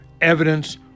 evidence